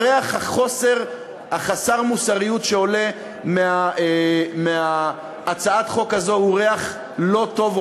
וריח חוסר המוסריות שעולה מהצעת החוק הזאת הוא ריח לא טוב,